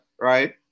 right